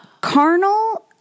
Carnal